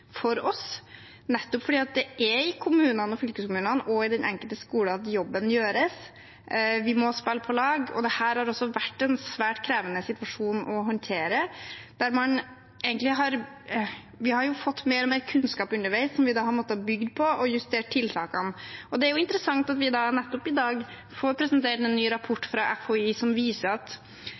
for oss, nettopp fordi det er i kommunene og fylkeskommunene og i den enkelte skole at jobben gjøres. Vi må spille på lag. Dette har også vært en svært krevende situasjon å håndtere. Vi har fått mer og mer kunnskap underveis som vi har måttet bygge på, og justert tiltakene. Det er jo interessant at vi nettopp i dag får presentert en ny rapport fra FHI, som viser at